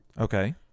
Okay